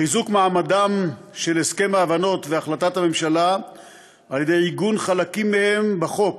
חיזוק מעמדם של הסכם ההבנות והחלטת הממשלה על-ידי עיגון חלקים מהם בחוק,